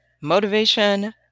motivation